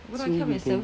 so you can